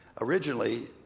Originally